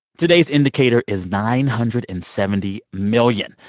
today's indicator is nine hundred and seventy million.